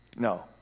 No